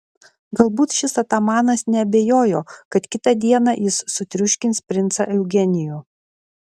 galbūt šis atamanas neabejojo kad kitą dieną jis sutriuškins princą eugenijų